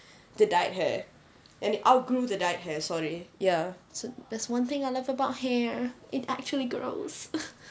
the dyed hair and it outgrew the dyed hair sorry ya that's one thing I love about hair it actually grows